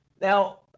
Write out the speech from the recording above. Now